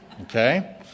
Okay